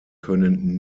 können